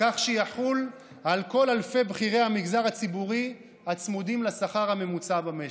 כך שיחול על כל אלפי בכירי המגזר הציבורי הצמודים לשכר הממוצע במשק.